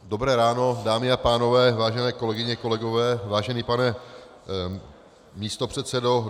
Dobré ráno dámy a pánové, vážené kolegyně, kolegové, vážený pane místopředsedo.